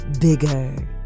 bigger